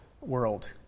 world